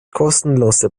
kostenlose